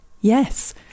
Yes